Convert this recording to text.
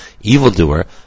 evildoer